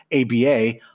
ABA